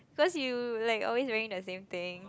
first you like always wearing the same thing